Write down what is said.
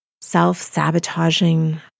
self-sabotaging